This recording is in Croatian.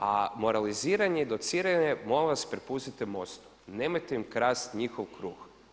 A moraliziranje i dociranje molim vas prepustite MOST-u, nemojte im krasti njihov kruh.